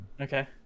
okay